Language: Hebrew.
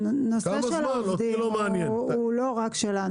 הנושא של העובדים הוא לא רק שלנו.